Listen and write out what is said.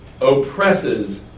oppresses